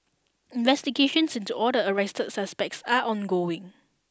investigations into all the arrested suspects are ongoing